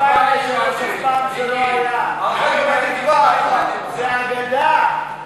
אף פעם זה לא היה, מיקי, זה אגדה.